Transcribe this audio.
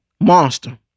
Monster